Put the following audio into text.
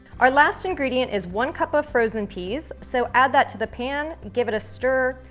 our last ingredient is one cup of frozen peas. so add that to the pan, give it a stir,